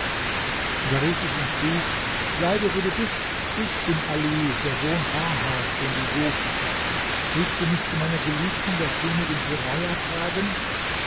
da rief ich ihm zu bleibe wo du bist ich bin ali der sohn farhas den du suchst willst du mich zu meiner geliebten der königin turaja tragen